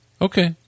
Okay